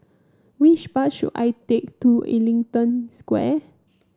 which bus should I take to Ellington Square